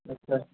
আচ্ছা